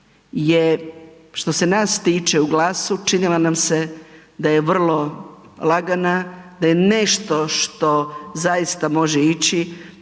što se nas tiče u GLAS-u činila nam se da je vrlo lagana, da je nešto što zaista može ići,